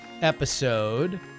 episode